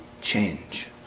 change